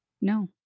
No